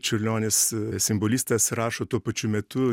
čiurlionis simbolistas rašo tuo pačiu metu